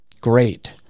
Great